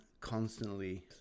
constantly